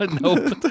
Nope